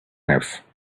house